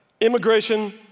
immigration